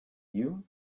you